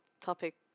topic